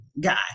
guy